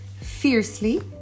fiercely